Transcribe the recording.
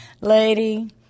lady